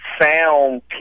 sound